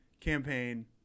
campaign